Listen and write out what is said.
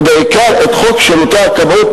ובעיקר את חוק שירותי הכבאות,